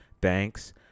banks